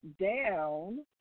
down